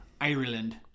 Ireland